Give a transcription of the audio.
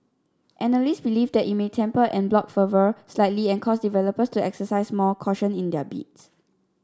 analysts believe that it may temper en bloc fervour slightly and cause developers to exercise more caution in their bids